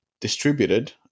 distributed